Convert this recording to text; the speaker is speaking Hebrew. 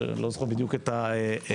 לא זוכר בדיוק את היחס,